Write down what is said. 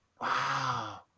Wow